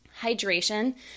Hydration